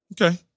Okay